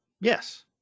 Yes